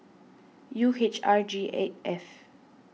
U H R G eight F